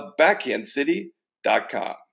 BackhandCity.com